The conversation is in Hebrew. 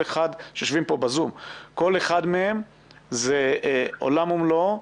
כל אחד מהם זה עולם ומלואו,